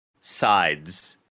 sides